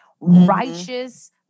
righteous